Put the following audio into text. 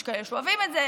יש כאלה שאוהבים את זה,